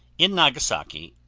in nagasaki,